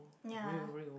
ya